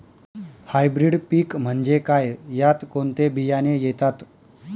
Hybrid पीक म्हणजे काय? यात कोणते बियाणे येतात?